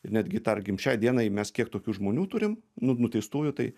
netgi tarkim šiai dienai mes kiek tokių žmonių turim nu nuteistųjų tai